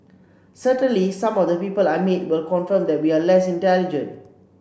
certainly some of the people I meet will confirm that we are less intelligent